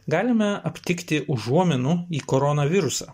galime aptikti užuominų į koronavirusą